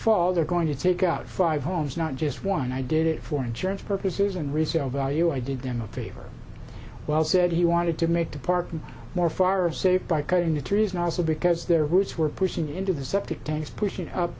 fall they're going to take out five homes not just one and i did it for insurance purposes and resale value i did them a favor while said he wanted to make the parking more far safer by cutting the trees and also because their roots were pushing into the septic tanks pushing up